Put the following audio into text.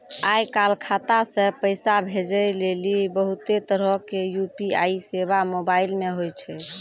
आय काल खाता से पैसा भेजै लेली बहुते तरहो के यू.पी.आई सेबा मोबाइल मे होय छै